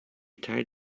tied